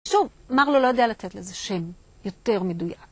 שוב, מרלו לא יודע לתת לזה שם יותר מדויק.